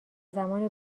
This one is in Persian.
زمان